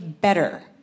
better